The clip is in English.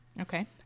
Okay